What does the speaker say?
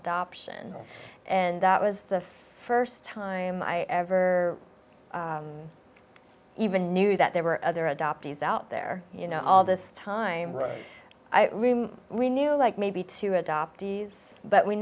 adoption and that was the first time i ever even knew that there were other adoptees out there you know all this time with we knew like maybe two adoptees but we